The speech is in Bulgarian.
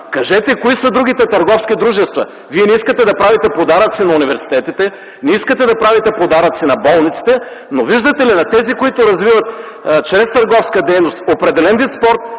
Кажете кои са другите търговски дружества! Вие не искате да правите подаръци на университетите, не искате да правите подаръци на болниците, но виждате ли, на тези, които развиват чрез търговска дейност определен вид спорт,